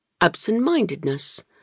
Absent-mindedness